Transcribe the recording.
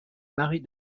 marie